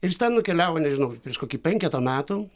ir jis ten nukeliavo nežinau prieš kokį penketą metų